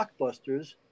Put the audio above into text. blockbusters